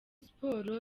sports